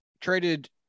traded